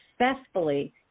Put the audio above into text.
successfully